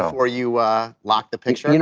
before you lock the picture.